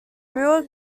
real